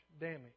damage